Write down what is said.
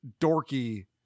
Dorky